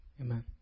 Amen